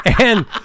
And-